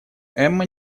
эмма